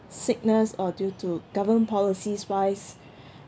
sickness or due to government policies wise